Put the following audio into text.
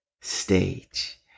stage